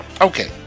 Okay